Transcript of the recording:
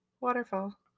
Waterfall